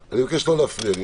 אני מבקש לא להפריע לי.